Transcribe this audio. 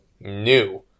new